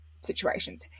situations